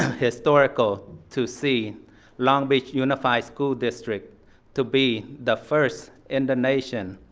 historical to see long beach unified school district to be the first in the nation